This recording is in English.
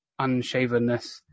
unshavenness